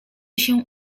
się